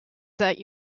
that